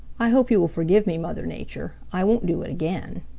i hope you will forgive me, mother nature. i won't do it again.